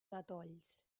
matolls